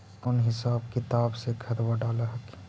कौन हिसाब किताब से खदबा डाल हखिन?